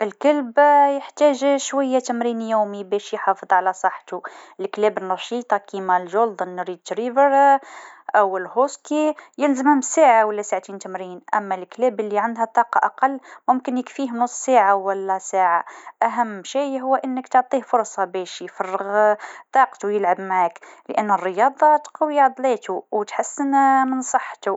الكلب يحتاج شوية تمرين يومي باش يحافظ على صحتو, الكلاب النشيطة كيما الجولدن ريتش ريفر أو الهوسكي يلزمهم ساعة ولا ساعتين تمرين أما الكلاب اللي عندها طاقة أقل ممكن يكفيه نص ساعة ولا ساعة أهم شي هو إنك تعطيه فرصه باش يفرغ طاقتو يلعب معاك لأن الرياضة تقوي عضلاتو و تحسن من صحتو.